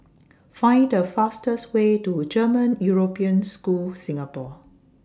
Find The fastest Way to German European School Singapore